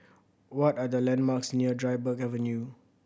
what are the landmarks near Dryburgh Avenue